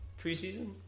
preseason